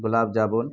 gulab jamun